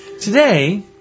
Today